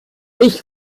ich